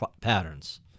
patterns